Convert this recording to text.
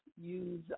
use